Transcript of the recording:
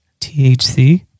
THC